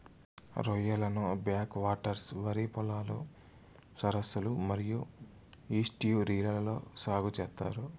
రొయ్యలను backwaters, వరి పొలాలు, సరస్సులు మరియు ఈస్ట్యూరీలలో సాగు చేత్తారు